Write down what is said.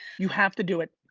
you have to do it,